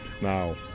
Now